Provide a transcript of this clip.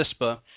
CISPA